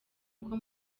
uko